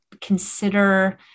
consider